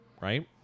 Right